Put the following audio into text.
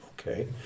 okay